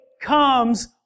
comes